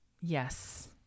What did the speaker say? Yes